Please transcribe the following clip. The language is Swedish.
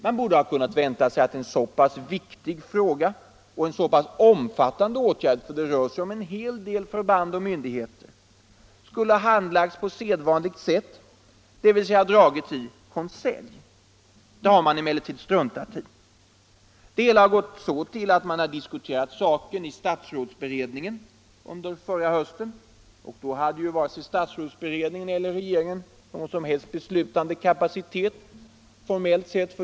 Man borde ha kunnat vänta sig att en så pass viktig fråga och en så pass omfattande åtgärd — det rör sig om en hel del förband och myndigheter — skulle ha handlagts på sedvanligt sätt, dvs. dragits i konselj. Det har man emellertid struntat i. Det hela har gått så till att man har diskuterat saken i statsrådsberedningen under förra hösten — och då hade varken statsrådsberedningen eller regeringen någon formell beslutskapacitet.